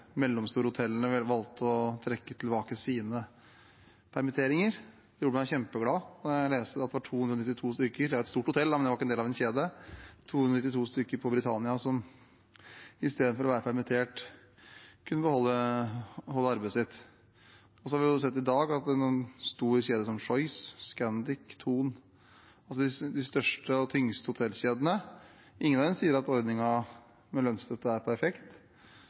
mellomstore hotellene valgte å trekke tilbake sine permitteringer. Det gjorde meg kjempeglad da jeg leste at det var 292 stykker på Britannia – det er et stort hotell, men ikke en del av en kjede – som i stedet for å være permittert kunne beholde arbeidet sitt. Så har vi sett i dag at en stor kjede som Choice, og Scandic og Thon, de største og tyngste hotellkjedene – ingen av dem sier at ordningen med lønnsstøtte er perfekt,